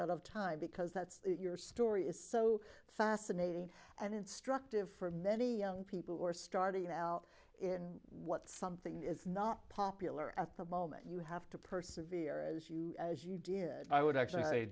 out of time because that's your story is so fascinating and instructive for many young people who are starting to melt it and what something is not popular at the moment you have to perseverance you as you did i would actually